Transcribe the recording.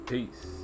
Peace